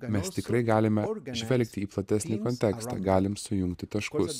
mes tikrai galime žvelgti į platesnį kontekstą galim sujungti taškus